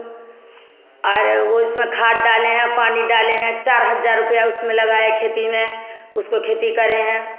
और उसमें खाद डाले हैं पानी डाले हैं चार हज़ार रुपया उसमें लगाए खेती में उसको खेती करें हैं